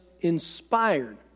inspired